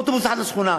אוטובוס אחד לשכונה.